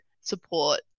support